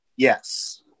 Yes